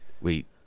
wait